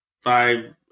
five